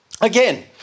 again